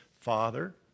Father